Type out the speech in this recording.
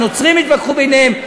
הנוצרים יתווכחו ביניהם.